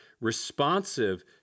responsive